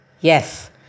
Yes